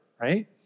right